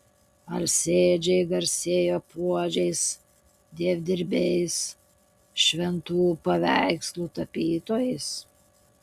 alsėdžiai garsėjo puodžiais dievdirbiais šventų paveikslų tapytojais